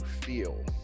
feel